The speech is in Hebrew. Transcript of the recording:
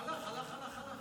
הלך, הלך, הלך.